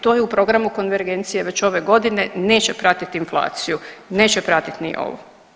To je u programu konvergencije već ove godine neće pratiti inflaciju, neće pratiti ni ovo.